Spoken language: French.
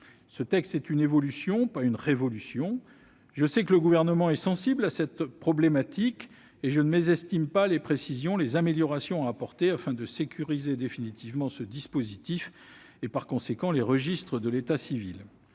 Ce texte constitue une évolution, pas une révolution. Je sais que le Gouvernement est sensible à cette problématique et je ne mésestime pas les précisions et les améliorations à apporter afin de sécuriser définitivement ce dispositif et, par conséquent, les registres de l'état civil.